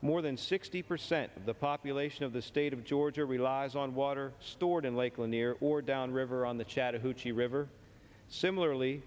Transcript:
more than sixty percent of the population of the state of georgia relies on water stored in lake lanier or down river on the chattahoochee river similarly